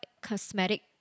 Cosmetic